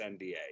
NDA